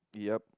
yup